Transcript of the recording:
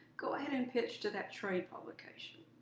go ahead and pitch to that trade publication.